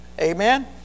amen